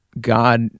god